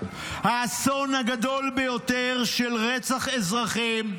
האסון הגדול ביותר של רצח אזרחים,